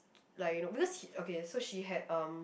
like you know because okay so she had um